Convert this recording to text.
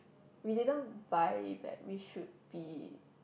we didn't buy back we should be